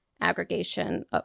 aggregation